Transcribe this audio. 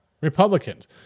Republicans